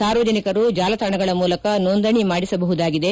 ಸಾರ್ವಜನಿಕರು ಜಾಲತಾಣಗಳ ಮೂಲಕ ನೋಂದಣಿ ಮಾಡಿಸಬಹುದಾಗಿದೆ